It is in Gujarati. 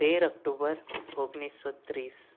તેર અકટુબર ઓગણીસસો ત્રીસ